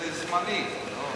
זה זמני,